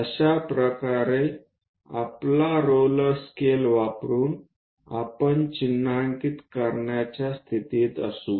अशा प्रकारे आपला रोलर स्केल वापरून आपण चिन्हांकित करण्याच्या स्थितीत असू